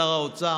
שר האוצר,